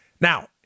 Now